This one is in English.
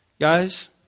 Guys